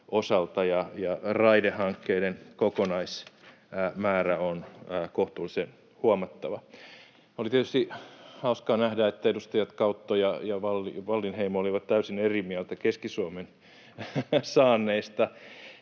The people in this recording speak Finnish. osalta, ja raidehankkeiden kokonaismäärä on kohtuullisen huomattava. Oli tietysti hauskaa nähdä, että edustajat Kautto ja Wallinheimo olivat täysin eri mieltä Keski-Suomen saanneista.